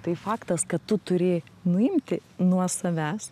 tai faktas kad tu turi nuimti nuo savęs